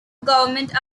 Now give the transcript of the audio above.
government